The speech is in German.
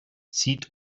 zieht